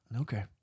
Okay